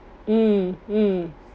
mm mm